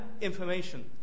information